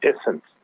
essence